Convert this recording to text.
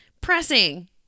pressing